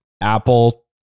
Apple